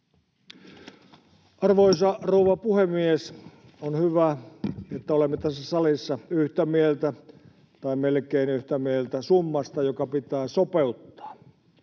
Arvoisa rouva puhemies! On hyvä, että olemme tässä salissa yhtä mieltä tai melkein yhtä mieltä summasta, joka pitää sopeuttaa.